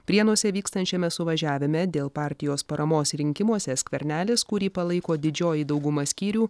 prienuose vykstančiame suvažiavime dėl partijos paramos rinkimuose skvernelis kurį palaiko didžioji dauguma skyrių